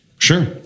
Sure